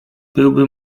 byłby